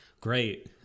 great